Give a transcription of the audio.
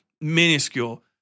minuscule